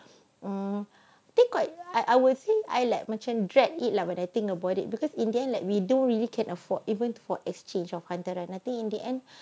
um I think quite I I would say I like macam drag it lah but I think about it because in the end like we don't really can afford even for exchange of hantaran I think in the end